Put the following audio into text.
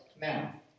Now